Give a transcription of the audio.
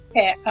Okay